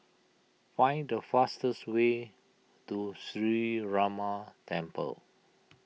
find the fastest way to Sree Ramar Temple